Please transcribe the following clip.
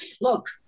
look